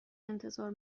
انتظار